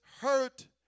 hurt